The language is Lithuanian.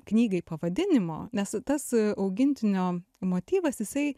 knygai pavadinimo nes tas augintinio motyvas jisai